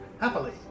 Happily